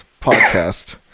podcast